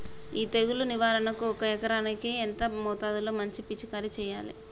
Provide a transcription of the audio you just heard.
ఈ తెగులు నివారణకు ఒక ఎకరానికి ఎంత మోతాదులో మందు పిచికారీ చెయ్యాలే?